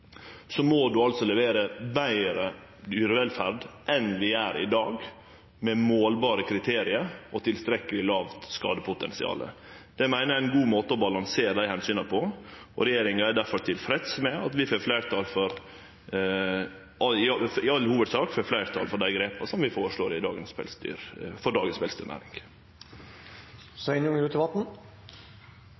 må ein levere betre dyrevelferd enn vi gjer i dag, med målbare kriterium og tilstrekkeleg lågt skadepotensial. Det meiner eg er ein god måte å balansere dei omsyna på, og regjeringa er difor tilfreds med at vi i all hovudsak får fleirtal for dei grepa som vi føreslår for dagens pelsdyrnæring. Statsråden seier at regjeringa i all hovudsak får gjennomslag her i